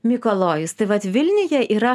mikalojus tai vat vilniuje yra